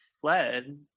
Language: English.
fled